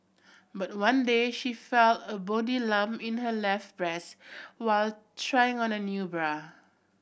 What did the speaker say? but one day she felt a bony lump in her left breast while trying on a new bra